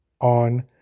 on